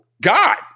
God